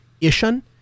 Ishan